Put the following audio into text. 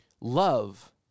Love